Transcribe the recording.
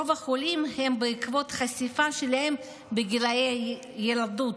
רוב החולים הם בעקבות חשיפה שלהם בגילי הילדות.